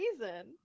reason